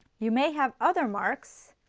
you may have other marks